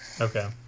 okay